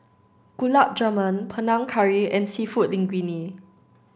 Gulab Jamun Panang Curry and Seafood Linguine